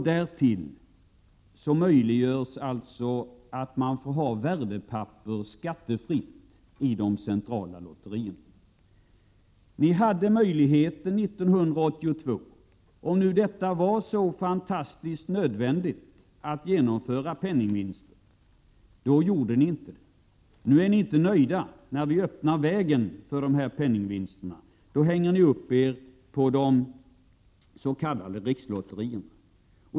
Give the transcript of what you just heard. Därtill möjliggörs att värdepapper får användas skattefritt i de centrala lotterierna. Ni hade möjligheten 1982, men även om det var helt nödvändigt att införa penningvinster gjorde ni inte det. Nu är ni inte nöjda när vi öppnar vägen för penningvinster, utan ni hänger upp er på de s.k. rikslotterierna.